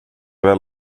väl